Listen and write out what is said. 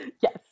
Yes